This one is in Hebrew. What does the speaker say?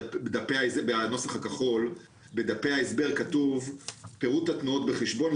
בדפי ההסבר בנוסח הכחול כתוב "..פירוט התנועות בחשבון,